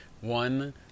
One